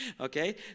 Okay